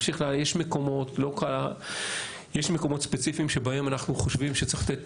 יש מקומות ספציפיים שבהם אנחנו חושבים שצריך לתת